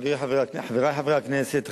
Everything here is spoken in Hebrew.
חברי חברי הכנסת,